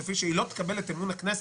אם היא לא תקבל את אמון הכנסת,